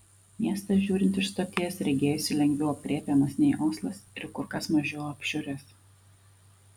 miestas žiūrint iš stoties regėjosi lengviau aprėpiamas nei oslas ir kur kas mažiau apšiuręs